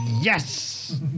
Yes